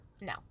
No